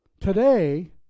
Today